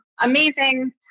amazing